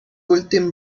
últim